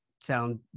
sound